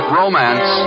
romance